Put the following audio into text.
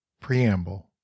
Preamble